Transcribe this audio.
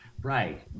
Right